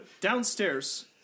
downstairs